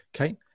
Okay